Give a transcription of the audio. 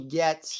get